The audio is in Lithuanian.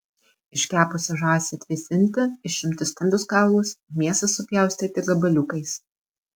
iškepusią žąsį atvėsinti išimti stambius kaulus mėsą supjaustyti gabaliukais